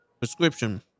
prescription